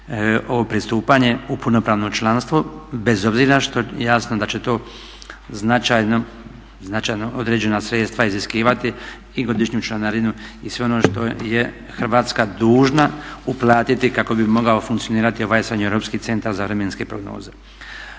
ovo pristupanje u punopravno članstvo bez obzira što jasno da će to značajno određena sredstva iziskivati i godišnju članarinu i sve ono što je Hrvatska dužna uplatiti kako bi mogao funkcionirati ovaj srednjoeuropski centar za vremenske prognoze.